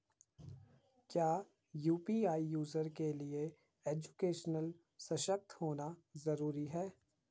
क्या UPI user के लिए एजुकेशनल सशक्त होना जरूरी है?